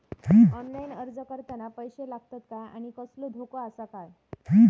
Online अर्ज करताना पैशे लागतत काय आनी कसलो धोको आसा काय?